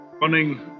Running